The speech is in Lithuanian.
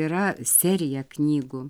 yra serija knygų